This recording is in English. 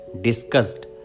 discussed